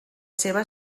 seva